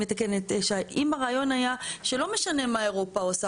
שתמיד תהיה לנו הוראת מעבר כמו זאת שאומרת,